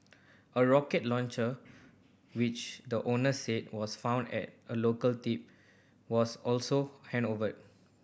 a rocket launcher which the owner said was found at a local tip was also handed over